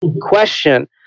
question